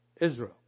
Israel